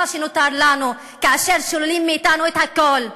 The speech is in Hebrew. מה שנותר לנו כאשר שוללים מאתנו את הכול.